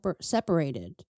separated